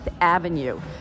Avenue